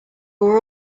were